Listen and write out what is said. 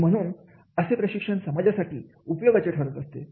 आणि म्हणून असे प्रशिक्षण समाजाच्या उपयोगाचे ठरते